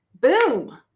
Boom